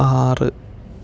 ആറ്